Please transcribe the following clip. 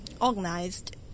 organized